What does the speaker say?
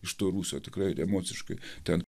iš to rūsio tikrai ir emociškai ten